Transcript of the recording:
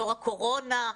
דור הקורונה.